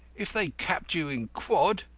if they clapped you in quod,